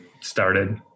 started